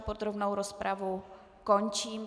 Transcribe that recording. Podrobnou rozpravu končím.